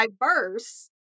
diverse